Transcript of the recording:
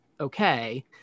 okay